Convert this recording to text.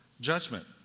judgment